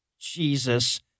Jesus